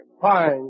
Fine